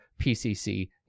pcc